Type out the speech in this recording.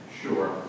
Sure